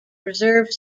reserve